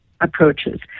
approaches